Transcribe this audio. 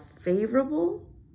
favorable